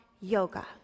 yoga